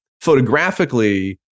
photographically